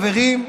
חברים,